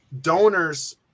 donors